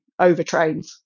overtrains